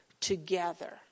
together